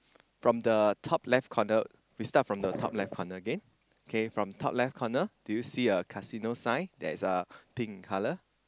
from the top left corner we start from the top left okay K from top left corner do you see a casino sign that is uh pink in colour